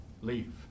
leave